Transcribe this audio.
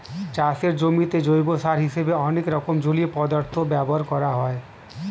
চাষের জমিতে জৈব সার হিসেবে অনেক রকম জলীয় পদার্থ ব্যবহার করা হয়